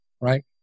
right